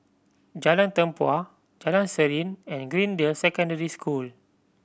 Jalan Tempua Jalan Serene and Greendale Secondary School